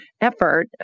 effort